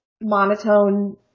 monotone